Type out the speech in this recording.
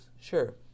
Sure